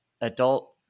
adult